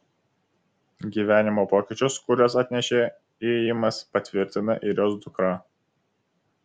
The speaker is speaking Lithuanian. gyvenimo pokyčius kuriuos atnešė ėjimas patvirtina ir jos dukra